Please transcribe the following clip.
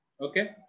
okay